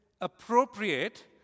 appropriate